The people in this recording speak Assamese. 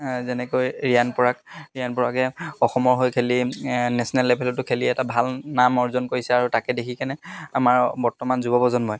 যেনেকৈ ৰিয়ান পৰাগ ৰিয়ান পৰাগে অসমৰ হৈ খেলি নেশ্যনেল লেভেলতো খেলি এটা ভাল নাম অৰ্জন কৰিছে আৰু তাকে দেখিকেনে আমাৰ বৰ্তমান যুৱ প্ৰজন্মই